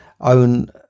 own